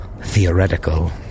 Theoretical